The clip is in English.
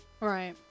right